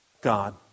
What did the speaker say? God